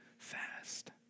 fast